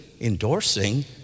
endorsing